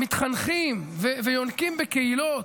ומתחנכים ויונקים בקהילות.